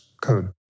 code